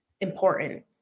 important